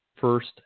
first